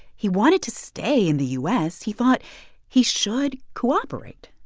he wanted to stay in the u s. he thought he should cooperate.